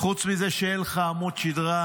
חוץ מזה שאין לך עמוד שדרה?